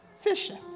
fishing